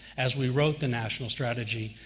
as we wrote the national strategy,